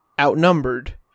Outnumbered